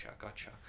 Gotcha